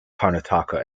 karnataka